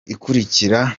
ikurikira